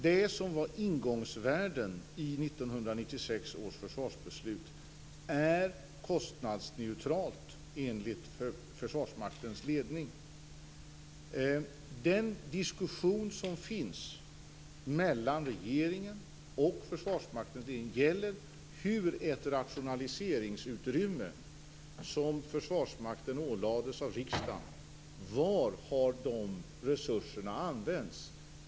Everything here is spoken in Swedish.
Det som var ingångsvärden i 1996 års försvarsbeslut är kostnadsneutralt, enligt Försvarsmaktens ledning. Den diskussion som sker mellan regeringen och Försvarsmaktens ledning gäller det rationaliseringsutrymme som Försvarsmakten ålades av riksdagen. Var har de resurserna använts?